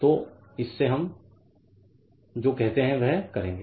तो इससे हम जो कहते हैं वह करेंगे